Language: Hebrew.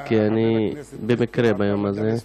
כי אני במקרה ביום הזה.